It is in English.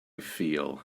feel